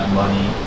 money